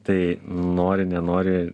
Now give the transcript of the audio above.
tai nori nenori